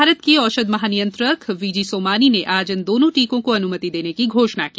भारत के औषध महानियंत्रक वी जी सोमानी ने आज इन दोनों टीकों को अनुमति देने की घोषणा की